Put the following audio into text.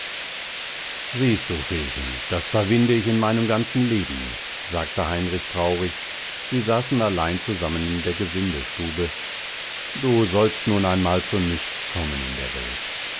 siehst du feechen das verwinde ich in meinem ganzen leben nicht sagte heinrich traurig sie saßen allein zusammen in der gesindestube du sollst nun einmal zu nichts kommen in der welt